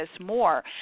more